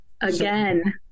Again